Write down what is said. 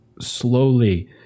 slowly